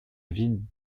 vis